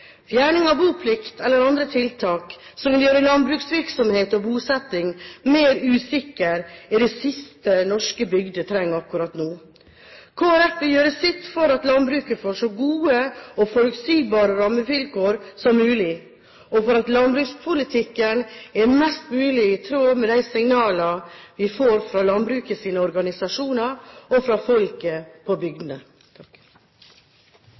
Fjerning av boplikt eller andre tiltak som vil gjøre landbruksvirksomhet og -bosetting mer usikker, er det siste norske bygder trenger akkurat nå. Kristelig Folkeparti vil gjøre sitt for at landbruket får så gode og forutsigbare rammevilkår som mulig, og for at landbrukspolitikken er mest mulig i tråd med de signalene vi får fra landbrukets organisasjoner og fra folk på